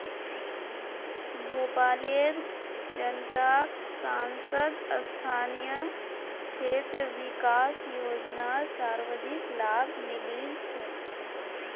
भोपालेर जनताक सांसद स्थानीय क्षेत्र विकास योजनार सर्वाधिक लाभ मिलील छ